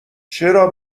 چرا